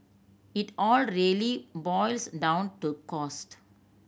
it all really boils down to cost